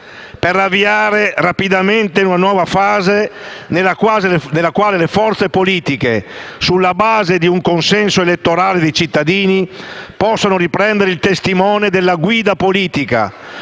per avviare rapidamente una nuova fase nella quale le forze politiche, sulla base di un consenso elettorale dei cittadini, possano riprendere il testimone della guida politica,